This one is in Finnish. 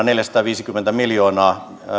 neljäsataaviisikymmentä miljoonaa